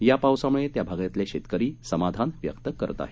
या पावसामुळे त्या भागातले शेतकरी समाधान व्यक्त करत आहे